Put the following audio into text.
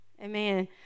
Amen